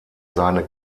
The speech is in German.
seine